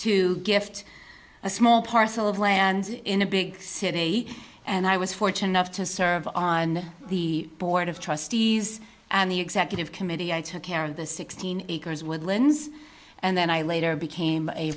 to gift a small parcel of land in a big city and i was fortunate enough to serve on the board of trustees and the executive committee i took care of the sixteen acres woodlands and then i later became a